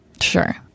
Sure